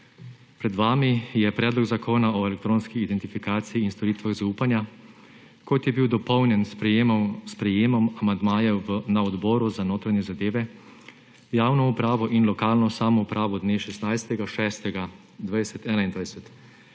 Pred vami je predlog zakona o elektronski identifikaciji in storitvah zaupanja, kot je bil dopolnjen s sprejetjem amandmajev na Odboru za notranje zadeve, javno upravo in lokalno samoupravo dne 16. 6. 2021.